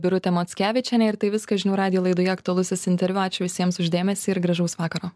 birutė mockevičienė ir tai viskas žinių radijo laidoje aktualusis interviu ačiū visiems už dėmesį ir gražaus vakaro